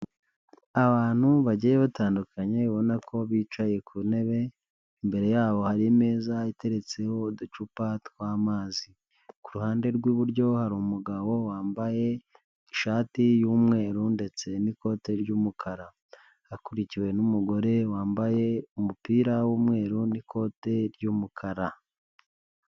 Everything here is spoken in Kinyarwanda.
Abantu bagiye batandukanye ubona ko bicaye ku ntebe imbere yabo hari ameza ateretseho uducupa tw'amazi ku ruhande rw'iburyo hari umugabo wambaye ishati y'umweru ndetse n'ikote ry'umukara akurikiwe n'umugore wambaye umupira w'umweru n'ikote ry'umukara.